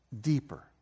deeper